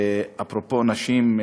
אפרופו נשים,